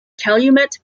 calumet